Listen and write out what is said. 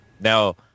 Now